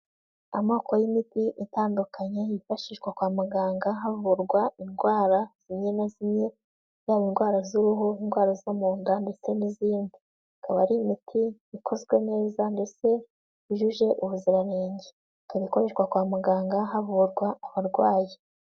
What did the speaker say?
Amoko y'imiti itandukanye yifashishwa kwa muganga havurwa indwara zimwe na zimwe, yaba indwara z'uruhu indwara zo mu nda ndetse n'izindi, ikaba ari imiti ikozwe neza ndetse yujuje ubuziranenge, ikaba ikoreshwa kwa muganga havurwa abarwayi.